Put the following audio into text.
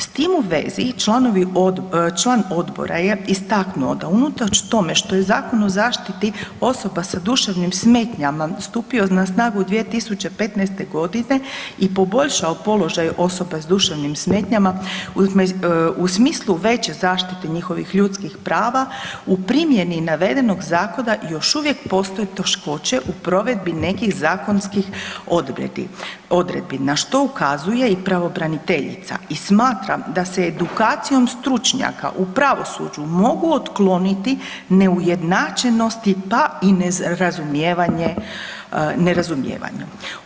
S tim u vezi i članovi odbora, član odbora je istaknuo da unatoč tome što je Zakon o zaštiti osoba sa duševnim smetnjama stupio na snagu 2015. godine i poboljšao položaj osoba s duševnim smetnjama u smislu veće zaštite njihovih ljudskih prava u primjeni navedenog zakona još uvijek postoje teškoće u provedbi nekih zakonskih odredbi na što ukazuje i pravobraniteljica i smatra da se edukacijom stručnjaka u pravosuđu mogu ukloniti neujednačenosti pa i nerazumijevanje, nerazumijevanje.